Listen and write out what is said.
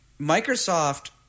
Microsoft